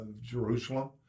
Jerusalem